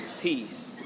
peace